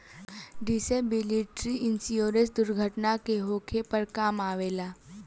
disability insurance दुर्घटना के होखे पर काम अवेला